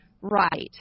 right